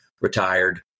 retired